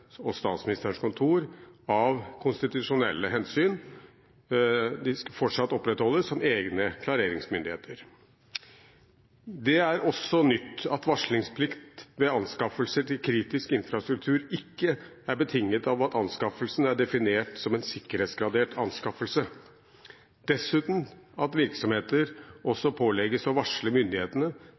og Statsministerens kontor, av konstitusjonelle hensyn, fortsatt opprettholdes som egne klareringsmyndigheter. Det er også nytt at varslingsplikt ved anskaffelser til kritisk infrastruktur ikke er betinget av at anskaffelsen er definert som en sikkerhetsgradert anskaffelse, dessuten at virksomheter også